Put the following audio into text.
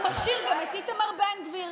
הוא מכשיר גם את איתמר בן גביר,